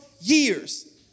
years